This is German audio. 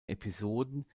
episoden